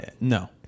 No